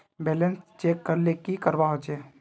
Balance check करले की करवा होचे?